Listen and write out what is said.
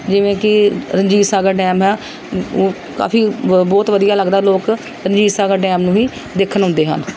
ਜਿਵੇਂ ਕਿ ਰਣਜੀਤ ਸਾਗਰ ਡੈਮ ਹੈ ਉਹ ਕਾਫੀ ਬ ਬਹੁਤ ਵਧੀਆ ਲੱਗਦਾ ਲੋਕ ਰਣਜੀਤ ਸਾਗਰ ਡੈਮ ਨੂੰ ਵੀ ਦੇਖਣ ਆਉਂਦੇ ਹਨ